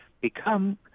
become